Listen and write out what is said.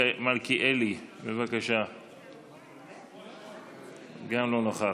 מלכיאלי, גם לא נוכח.